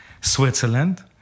Switzerland